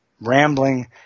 rambling